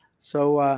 so,